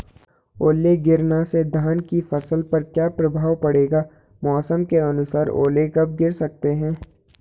ओले गिरना से धान की फसल पर क्या प्रभाव पड़ेगा मौसम के अनुसार ओले कब गिर सकते हैं?